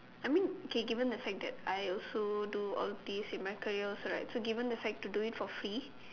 I mean K given that fact that I also do all these in my career also right so given the fact to do it for free